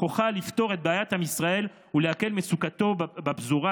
בכוחה לפתור את בעיית עם ישראל ולהקל את מצוקתו בפזורה,